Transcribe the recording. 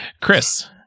Chris